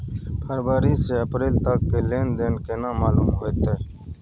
फरवरी से अप्रैल तक के लेन देन केना मालूम होते?